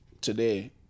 today